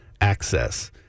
access